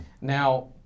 Now